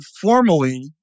formally